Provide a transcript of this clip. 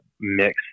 mix